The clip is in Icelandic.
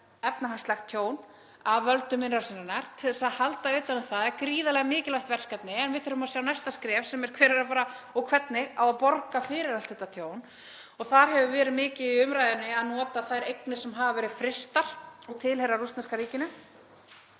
efnahagslegt tjón af völdum innrásarinnar, til að halda utan um það, gríðarlega mikilvægt verkefni. En við þurfum að sjá næsta skref sem er hver er að fara borga og hvernig á að borga fyrir allt þetta tjón. Þar hefur verið mikið í umræðunni að nota þær eignir sem hafa verið frystar og tilheyra rússneska ríkinu,